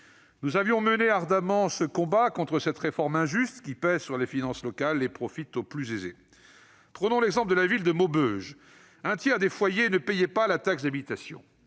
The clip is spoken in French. Nous avions mené ardemment le combat contre cette réforme injuste, qui pèse sur les finances locales et profite aux plus aisés. Prenons l'exemple de Maubeuge : dans cette ville, un tiers des foyers ne payaient pas la taxe d'habitation